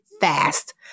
fast